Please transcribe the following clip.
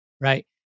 right